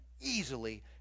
easily